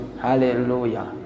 hallelujah